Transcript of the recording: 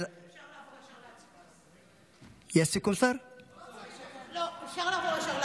לא צריך סיכום, אפשר לעבור ישר להצבעה.